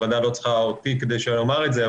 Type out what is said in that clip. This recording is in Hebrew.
הוועדה לא צריכה אותי כדי שאומר את זה,